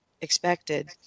expected